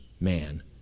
man